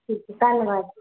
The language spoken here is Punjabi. ਠੀਕ ਹੈ ਧੰਨਵਾਦ